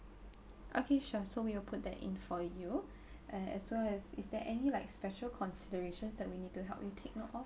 okay sure so we will put that in for you and as well as is there any like special considerations that we need to help you take note of